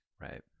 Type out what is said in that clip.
right